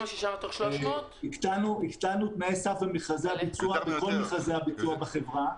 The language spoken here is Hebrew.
הקטנו תנאי סף בכל מכרזי הביצוע בחברה,